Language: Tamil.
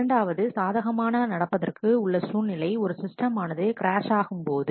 இரண்டாவது சாதகமான நடப்பதற்கு உள்ள சூழ்நிலை ஒரு சிஸ்டம் ஆனது கிராஷ் ஆகும்போது